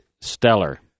stellar